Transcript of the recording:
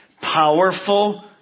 Powerful